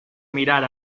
mirar